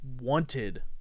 wanted